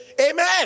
amen